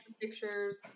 Pictures